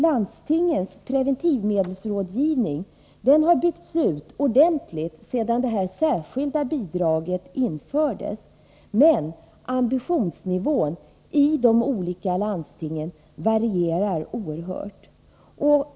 Landstingens preventivmedelsrådgivning har byggts ut ordentligt sedan det särskilda bidraget infördes, men ambitionsnivån i de olika landstingen varierar oerhört.